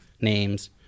names